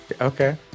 Okay